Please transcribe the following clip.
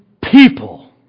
people